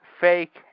fake